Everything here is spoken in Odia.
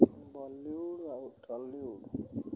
ବଲିଉଡ୍ ଆଉ ଟ୍ରଲିଉଡ୍